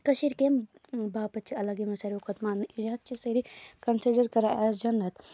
کٔشیٖر کمہِ باپَتھ چھِ الگ یِوان ساروی کھۄتہٕ ماننہٕ یَتھ چھِ سٲری کَنسڈر کران ایز جنت